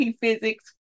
physics